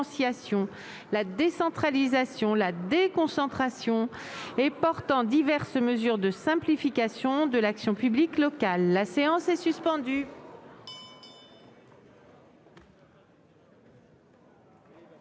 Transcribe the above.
la décentralisation, la déconcentration et portant diverses mesures de simplification de l'action publique locale. Il va être